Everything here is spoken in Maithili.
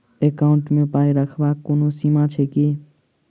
एकाउन्ट मे पाई रखबाक कोनो सीमा छैक की?